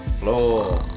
Floor